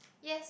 yes